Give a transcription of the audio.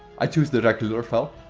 i choose the regular file.